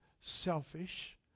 selfish